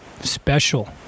special